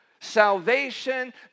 salvation